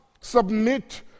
submit